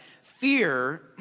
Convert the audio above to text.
fear